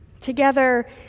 Together